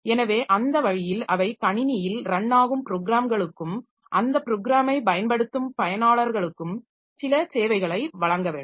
எனவே அந்த வழியில் அவை கணினியில் ரன் ஆகும் ப்ரோக்ராம்களுக்கும் அந்த ப்ரோக்ராமை பயன்படுத்தும் பயனாளர்களுக்கும் சில சேவைகளை வழங்க வேண்டும்